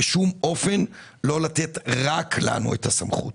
בשום אופן לא לתת רק לנו את הסמכות.